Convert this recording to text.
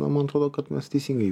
man atrodo kad mes teisingai